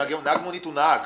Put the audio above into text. נהג מונית הוא נהג.